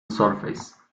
surface